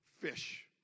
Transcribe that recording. fish